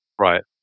Right